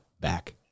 back